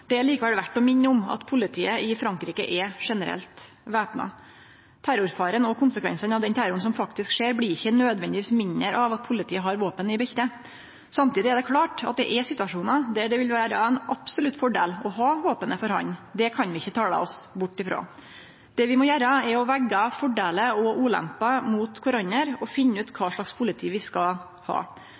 Det er likevel verdt å minne om at politiet i Frankrike er generelt væpna. Terrorfaren og konsekvensane av den terroren som faktisk skjer, blir ikkje nødvendigvis mindre av at politiet har våpen i beltet. Samtidig er det klårt at det er situasjonar der det vil vere ein absolutt fordel å ha våpenet for hand, det kan vi ikkje tale oss bort frå. Det vi må gjere, er å vege fordeler og ulemper mot kvarandre og finne ut kva slags politi vi skal ha.